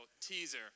teaser